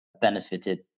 benefited